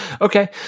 Okay